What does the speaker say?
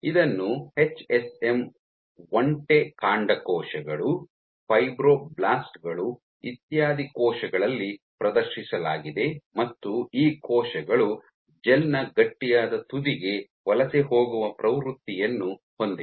ಇದನ್ನು ಎಚ್ಎಸ್ಎಂ ಒಂಟೆ ಕಾಂಡಕೋಶಗಳು ಫೈಬ್ರೊಬ್ಲಾಸ್ಟ್ ಗಳು ಇತ್ಯಾದಿ ಕೋಶಗಳಲ್ಲಿ ಪ್ರದರ್ಶಿಸಲಾಗಿದೆ ಮತ್ತು ಈ ಕೋಶಗಳು ಜೆಲ್ ನ ಗಟ್ಟಿಯಾದ ತುದಿಗೆ ವಲಸೆ ಹೋಗುವ ಪ್ರವೃತ್ತಿಯನ್ನು ಹೊಂದಿವೆ